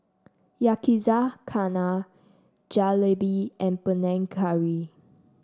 Yakizakana Jalebi and Panang Curry